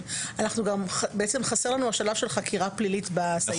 גם חסר השלב של חקירה פלילית בסעיף הזה.